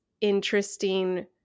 interesting